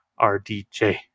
RDJ